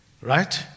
right